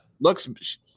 looks